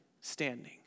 standing